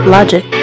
Logic